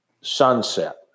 sunset